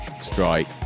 strike